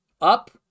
up